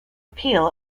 appeal